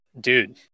Dude